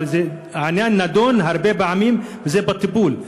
אבל העניין נדון הרבה פעמים וזה בטיפול.